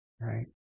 right